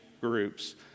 groups